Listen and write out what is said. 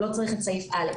לא צריך את סעיף (א).